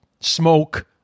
smoke